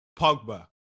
Pogba